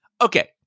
Okay